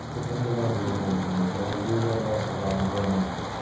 ചിത്രങ്ങളിതാണ് കൂടുതലും എടുക്കുന്നത് പ്രകൃതിയിലുള്ള കാര്യങ്ങൾ തന്നെയാണ്